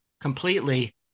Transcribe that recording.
completely